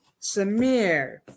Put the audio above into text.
Samir